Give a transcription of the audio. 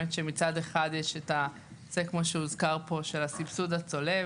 מצד אחד יש הסבסוד הצולב